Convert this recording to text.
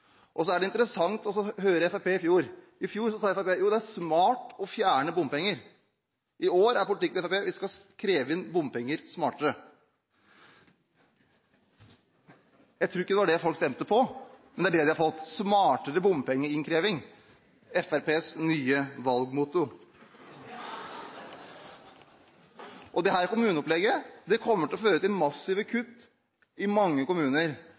Så er det interessant å høre Fremskrittspartiet fra i fjor. I fjor sa Fremskrittspartiet: Jo, det er smart å fjerne bompenger. I år er politikken til Fremskrittspartiet: Vi skal kreve inn bompenger smartere. Jeg tror ikke det var det folk stemte på, men det er det de har fått: smartere bompengeinnkreving – Fremskrittspartiets nye valgmotto! Dette kommuneopplegget kommer til å føre til massive kutt i mange kommuner,